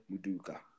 Muduka